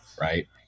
right